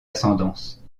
ascendance